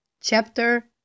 chapter